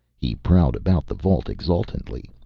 he prowled about the vault exultantly,